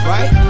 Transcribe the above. Right